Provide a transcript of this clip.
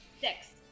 Six